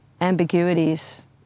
ambiguities